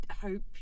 hope